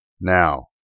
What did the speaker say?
Now